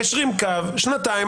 מיישרים קו שנתיים,